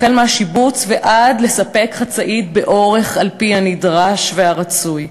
מהשיבוץ ועד לחצאית באורך הנדרש והרצוי.